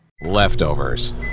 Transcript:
Leftovers